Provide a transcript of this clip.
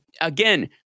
again